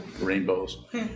Rainbows